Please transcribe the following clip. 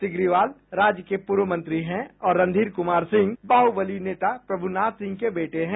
सिग्रीवाल राज्य के पूर्व मंत्री हैं और रणधीर कुमार सिंह बाहुबली नेता प्रभुनाथ सिंह के पुत्र हैं